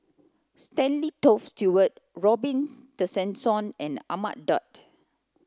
Stanley Toft Stewart Robin Tessensohn and Ahmad Daud